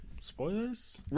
Spoilers